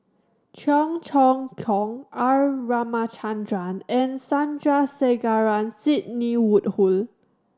Cheong Choong Kong R Ramachandran and Sandrasegaran Sidney Woodhull